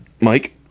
mike